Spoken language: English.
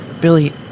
Billy